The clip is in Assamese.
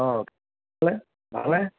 অঁ ভালেনে